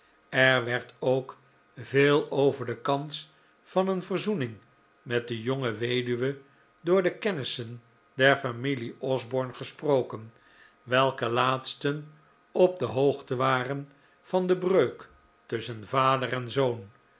er werd ook veel over de kans van een verzoening met de jonge weduwe door de kennissen der familie osborne gesproken welke laatsten op de hoogte waren van de breuk tusschen vader en zoon